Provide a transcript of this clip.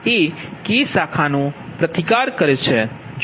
RK એ K શાખાની પ્રતિકાર છે